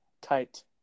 tight